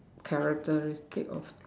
character day of